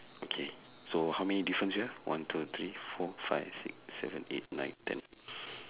okay so how many difference you have one two three four five six seven eight nine ten